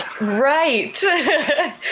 right